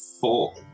four